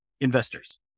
investors